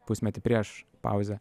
pusmetį prieš pauzę